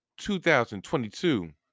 2022